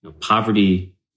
Poverty